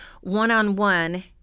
one-on-one